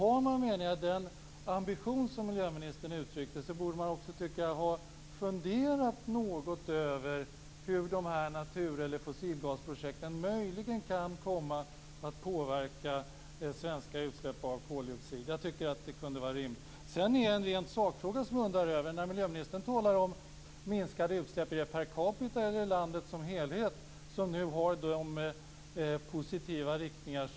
Om man har den ambition som miljöministern uttryckte, tycker jag också att han borde ha funderat något över hur dessa naturgas eller fossilgasprojekten möjligen kan komma att påverka de svenska utsläppen av koldioxid. Jag tycker att det kunde vara rimligt. Sedan har jag en sakfråga. När miljöministern talar om minskade utsläpp, gäller det då per capita eller landet som helhet? Miljöministern talade ju om att det går i positiv riktning.